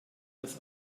das